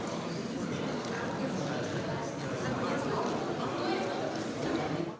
Hvala